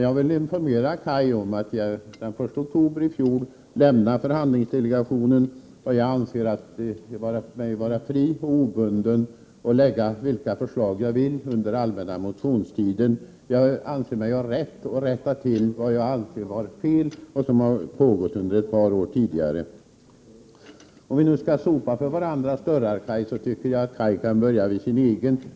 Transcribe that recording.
Jag vill informera Kaj Larsson om att jag den 1 oktober i fjol lämnade förhandlingsdelegationen och anser mig därför vara fri och obunden att väcka vilka motioner jag vill under allmänna motionstiden. Jag anser mig ha rätt att rätta till det som har varit fel under ett par år tidigare. Om vi nu skall sopa framför varandras dörrar kan ju Kaj Larsson börja framför sin egen.